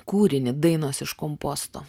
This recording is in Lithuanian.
kūrinį dainos iš komposto